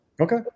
Okay